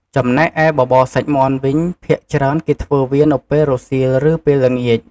ចំណែកឯបបរសាច់មាន់វិញ ភាគច្រើនគេធ្វើវានៅពេលរសៀលឬពេលល្ងាច។